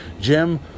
Jim